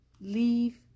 leave